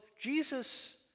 Jesus